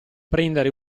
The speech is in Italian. prendere